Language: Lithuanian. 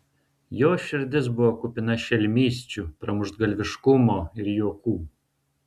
jo širdis buvo kupina šelmysčių pramuštgalviškumo ir juokų